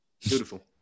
Beautiful